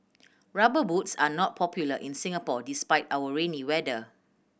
Rubber Boots are not popular in Singapore despite our rainy weather